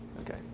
okay